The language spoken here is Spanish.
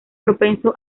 propenso